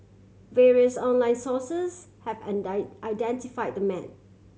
various online sources have identify the man